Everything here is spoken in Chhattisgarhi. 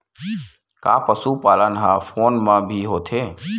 का पशुपालन ह फोन म भी होथे?